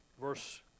Verse